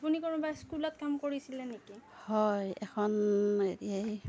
আপুনি কোনোবা স্কুলত কাম কৰিছিলে নেকি হয় এখন